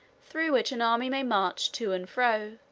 through which an army may march to and fro,